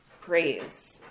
praise